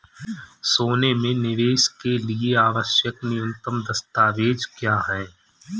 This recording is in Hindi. सोने में निवेश के लिए आवश्यक न्यूनतम दस्तावेज़ क्या हैं?